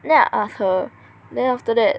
then I ask her then after that